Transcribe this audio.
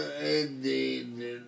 Indeed